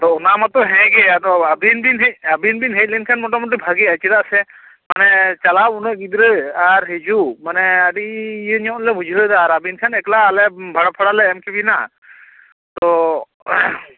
ᱛᱳ ᱚᱱᱟ ᱢᱟᱛᱚ ᱦᱮᱜᱮ ᱟᱫᱚ ᱟᱹᱵᱤᱱ ᱵᱤᱱ ᱦᱮᱡ ᱟᱹᱵᱤᱱ ᱵᱤᱱ ᱦᱮᱡ ᱞᱮᱱ ᱠᱷᱟᱱ ᱜᱮ ᱢᱚᱴᱟ ᱢᱩᱴᱤ ᱵᱷᱟᱹᱜᱤᱼᱟ ᱪᱮᱫᱟ ᱥᱮ ᱢᱟᱱᱮ ᱪᱟᱞᱟᱣ ᱩᱱᱟᱹ ᱜᱤᱫᱽᱨᱟᱹ ᱟᱨ ᱦᱤᱡᱩ ᱢᱟᱱᱮ ᱟᱹᱰᱤ ᱤᱭᱟᱹ ᱧᱚᱜ ᱞᱮ ᱵᱩᱡᱷᱦᱟᱹᱣ ᱮᱫᱟ ᱟᱨ ᱟᱹᱵᱤᱱ ᱠᱷᱟᱱ ᱮᱠᱞᱟ ᱵᱷᱟᱲᱟ ᱯᱷᱟᱲᱟ ᱞᱮ ᱮᱢ ᱠᱮᱵᱤᱱᱟ ᱛᱚ